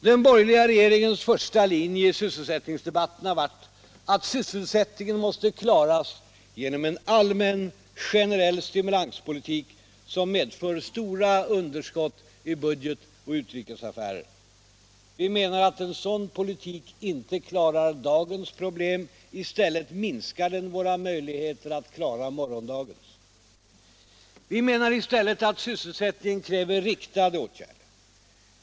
Den borgerliga regeringens första linje i sysselsättningsdebatten har varit att sysselsättningen måste klaras genom en allmän, generell stimulanspolitik, som medför stora underskott i budget och bytesbalans. Vi menar att en sådan poiitik inte klarar dagens problem. I stället minskar den våra möjligheter att klara morgondagens problem. Vi menar i stället att sysselsättningen kräver riktade åtgärder.